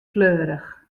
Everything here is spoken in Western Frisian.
fleurich